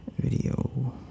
Video